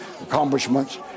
accomplishments